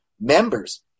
members